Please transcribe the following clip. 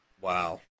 Wow